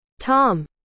tom